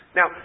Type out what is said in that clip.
Now